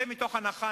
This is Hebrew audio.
צא מתוך הנחה,